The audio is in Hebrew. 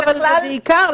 אבל בעיקר,